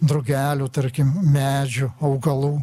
drugelių tarkim nu medžių augalų